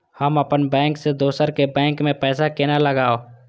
हम अपन बैंक से दोसर के बैंक में पैसा केना लगाव?